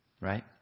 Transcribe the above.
Right